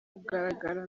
kugaragara